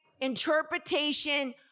interpretation